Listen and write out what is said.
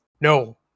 No